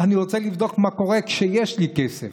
אני רוצה לבדוק מה קורה כשיש לי כסף.